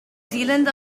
zealand